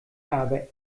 aber